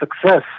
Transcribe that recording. success